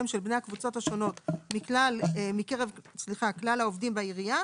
של בני הקבוצות השונות מקרב כלל העובדים בעירייה.